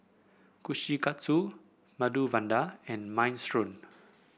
Kushikatsu Medu Vada and Minestrone